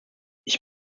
ich